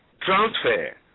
transfer